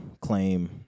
claim